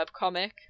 webcomic